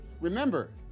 remember